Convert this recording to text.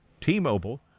T-Mobile